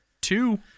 two